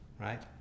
right